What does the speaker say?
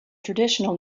traditional